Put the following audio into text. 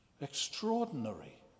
extraordinary